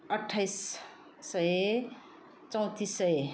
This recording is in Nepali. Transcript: अट्ठाइस सय चौतिस सय